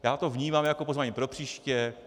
Já to vnímám jako pozvání pro příště.